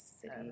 City